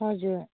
हजुर